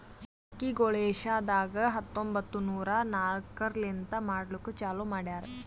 ಅಕ್ಕಿಗೊಳ್ ಏಷ್ಯಾದಾಗ್ ಹತ್ತೊಂಬತ್ತು ನೂರಾ ನಾಕರ್ಲಿಂತ್ ಮಾಡ್ಲುಕ್ ಚಾಲೂ ಮಾಡ್ಯಾರ್